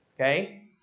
Okay